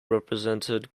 represented